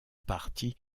partie